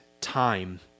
time